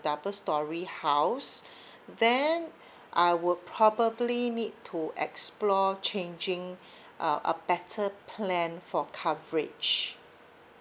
double storey house then I would probably need to explore changing a a better plan for coverage